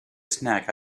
snack